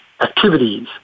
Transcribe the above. activities